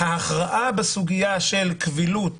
שההכרעה בסוגיה של הקבילוּת